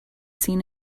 seen